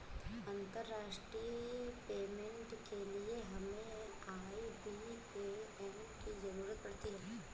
अंतर्राष्ट्रीय पेमेंट के लिए हमें आई.बी.ए.एन की ज़रूरत पड़ती है